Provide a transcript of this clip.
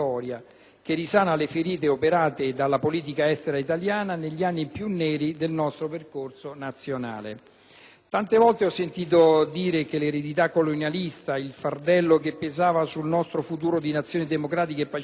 che risana le ferite operate dalla politica estera italiana negli anni più neri del nostro percorso nazionale. Tante volte ho sentito dire che l'eredità colonialista, il fardello che pesava sul nostro futuro di Nazione democratica e pacifica,